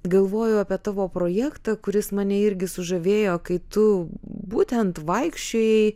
galvoju apie tavo projektą kuris mane irgi sužavėjo kai tu būtent vaikščiojai